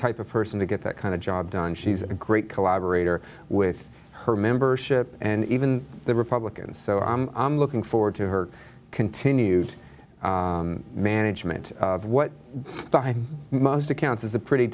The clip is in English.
type of person to get that kind of job done she's a great collaborator with her membership and even the republicans so i'm looking forward to her continued management of what by most accounts is a pretty